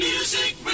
Music